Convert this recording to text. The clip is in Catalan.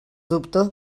dubte